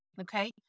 okay